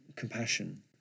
compassion